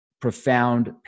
profound